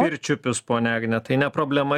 pirčiupius ponia agne tai ne problema